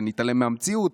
ונתעלם מהמציאות,